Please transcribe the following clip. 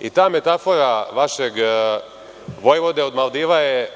i ta metafora vašeg vojvode od Maldiva je